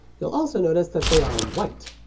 you'll also notice that they are white.